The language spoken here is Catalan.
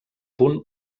punt